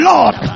Lord